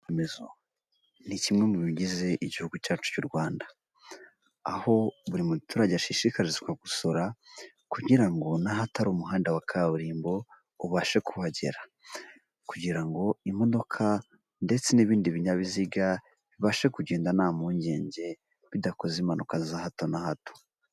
Ni kimwe mu bigize igihugu cyacu cy'U Rwanda aho buri muturage ashishikarizwa gusora, kugira ngo n'ahatari umuhanda wa kaburimbo ubashe kuhagera, kugira ngo imodoka ndetse n'ibindi binyabiziga bibashe kugenda nta mpungenge bidakoze impanuka za hato na hato.